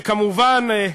וכמובן,